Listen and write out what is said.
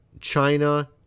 China